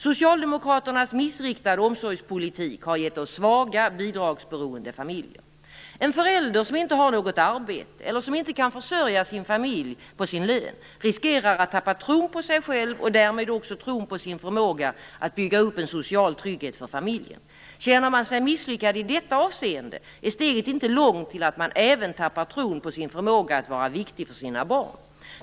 Socialdemokraternas missriktade omsorgspolitik har gett oss svaga bidragsberoende familjer. En förälder som inte har något arbete eller som inte kan försörja sin familj på sin lön riskerar att tappa tron på sig själv och därmed också tron på sin förmåga att bygga upp en social trygghet för familjen. Känner man sig misslyckad i detta avseende, är steget inte långt till att man även tappar tron på sin förmåga att vara viktig för sina barn.